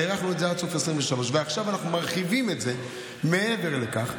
הארכנו את זה עד סוף 2023. ועכשיו אנחנו מרחיבים את זה מעבר לכך,